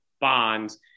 Bonds